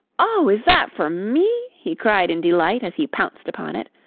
oh, is that for me? he cried in delight as he pounced upon it.